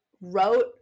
wrote